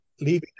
leaving